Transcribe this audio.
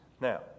Now